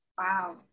Wow